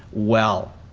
well,